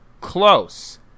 Close